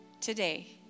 today